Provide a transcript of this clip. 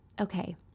Okay